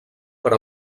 per